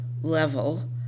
level